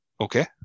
Okay